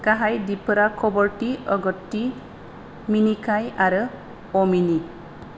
गाहाय दीपफोरा कवरत्ती अगत्ती मिनिकॉय आरो अमिनी